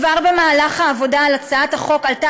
כבר במהלך העבודה על הצעת החוק עלתה